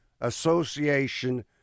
Association